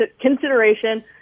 consideration